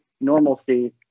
normalcy